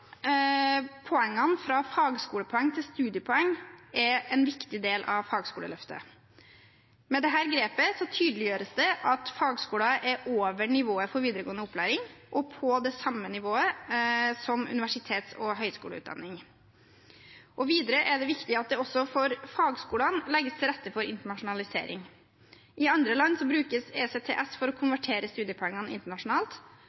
poengene fra fagskolepoeng til studiepoeng er en viktig del av fagskoleløftet. Med dette grepet tydeliggjøres det at fagskoler er over nivået for videregående opplæring og på samme nivå som universitets- og høyskoleutdanning. Videre er det viktig at det også for fagskolene legges til rette for internasjonalisering. I andre land brukes ECTS, European Credit Transfer and Accumulation System, for å